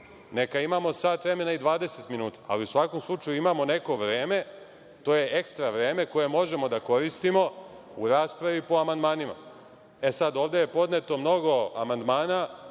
Neka imamo sat vremena i 20 minuta, ali u svakom slučaju imamo neko vreme, to je ekstra vreme, koje možemo da koristimo u raspravi po amandmanima. Ovde je podneto mnogo amandmana.